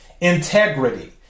Integrity